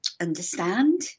understand